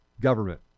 Government